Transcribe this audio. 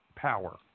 Power